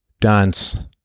dance